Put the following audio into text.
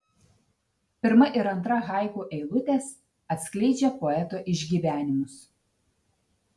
pirma ir antra haiku eilutės atskleidžia poeto išgyvenimus